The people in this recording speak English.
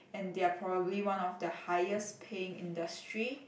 and they're probably one of the highest paying industry